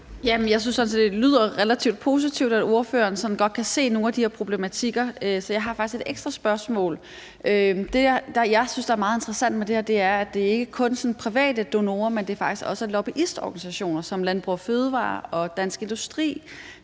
set, at det lyder relativt positivt, at ordføreren godt kan se nogle af de her problematikker. Så jeg har faktisk et ekstra spørgsmål. Det, jeg synes er meget interessant ved det her, er, at det ikke kun er sådan private donorer, men at det faktisk også er lobbyorganisationer som Landbrug & Fødevarer og Dansk Industri,